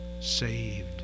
saved